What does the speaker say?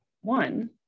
One